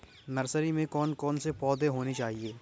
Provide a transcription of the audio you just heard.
Nursery में कौन कौन से पौधे होने चाहिए?